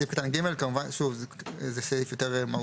סעיף קטן (ג) הוא סעיף יותר מהותי.